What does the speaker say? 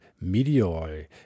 meteor